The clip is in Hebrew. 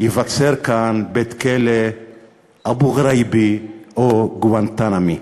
ייווצר בית-כלא אבו גרייבי או גואנטנמי.